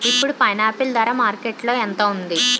ఇప్పుడు పైనాపిల్ ధర మార్కెట్లో ఎంత ఉంది?